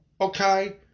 okay